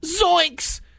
zoinks